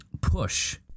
push